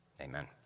Amen